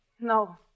No